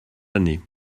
années